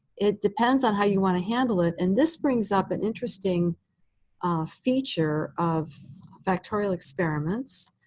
it depends on how you want to handle it. and this brings up an interesting feature of factorial experiments.